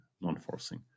non-forcing